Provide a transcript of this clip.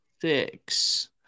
six